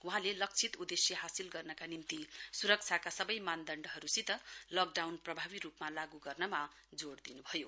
वहाँले लक्षित उदेश्य हासिल गर्नका निम्ति सुरक्षाका सवै मानदण्डहरुसित लकडाउन प्रभावी रुपमा लागू गर्नमा जोड़ दिनुभयो